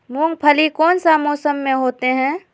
मूंगफली कौन सा मौसम में होते हैं?